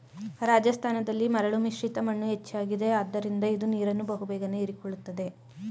ರಾಜಸ್ಥಾನದಲ್ಲಿ ಮರಳು ಮಿಶ್ರಿತ ಮಣ್ಣು ಹೆಚ್ಚಾಗಿದೆ ಆದ್ದರಿಂದ ಇದು ನೀರನ್ನು ಬಹು ಬೇಗನೆ ಹೀರಿಕೊಳ್ಳುತ್ತದೆ